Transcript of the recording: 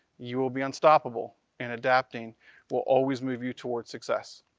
you will be unstoppable and adapting will always move you towards success.